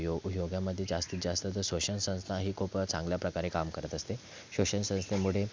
यो योगामध्ये जास्तीतजास्त ज श्वसन संस्था ही खूप चांगल्या प्रकारे काम करत असते श्वसन संस्थेमुळे